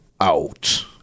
out